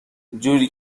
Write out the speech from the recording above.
جوری